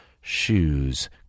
shoes